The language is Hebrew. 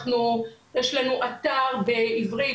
יש לנו אתר בעברית,